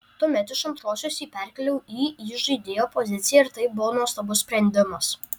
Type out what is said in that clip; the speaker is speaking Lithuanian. tuomet iš antrosios jį perkėliau į įžaidėjo poziciją ir tai buvo nuostabus sprendimas